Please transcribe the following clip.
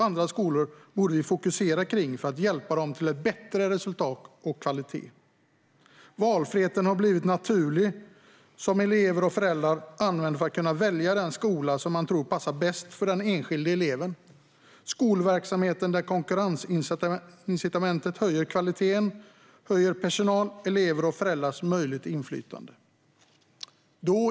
Andra skolor borde vi fokusera på för att hjälpa dem till bättre resultat och kvalitet. Valfriheten har blivit naturlig. Elever och föräldrar använder den för att kunna välja den skola man tror passar bäst för den enskilde eleven. Skolverksamhet där konkurrensincitamentet höjer kvaliteten höjer personalen, eleverna och föräldrarnas möjlighet till inflytande.